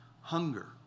hunger